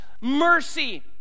mercy